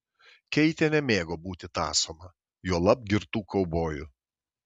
keitė nemėgo būti tąsoma juolab girtų kaubojų